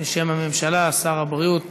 בשם הממשלה, שר הבריאות